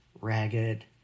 ragged